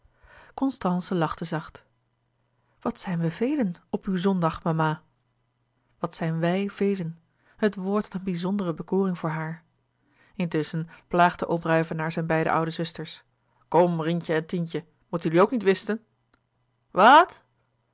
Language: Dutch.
lachte zacht wat zijn wij velen op uw zondag mama wat zijn wij velen het woord had een bizondere bekoring voor haar intusschen plaagde oom ruyvenaer zijne beide oude zusters kom rientje en tientje moeten jullie ook niet whisten